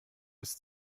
ist